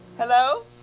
Hello